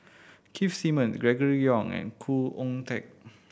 Keith Simmons Gregory Yong and Khoo Oon Teik